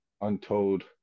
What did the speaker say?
untold